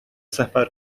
سفر